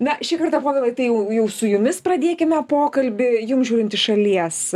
na šį kartą povilai tai jau jau su jumis pradėkime pokalbį jums žiūrint iš šalies